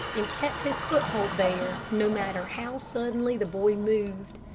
and kept his foothold there, no matter how suddenly the boy moved.